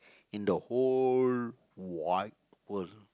in the whole wide world